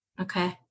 Okay